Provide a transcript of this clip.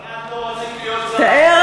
אבל את לא